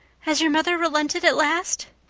has your mother relented at last?